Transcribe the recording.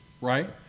Right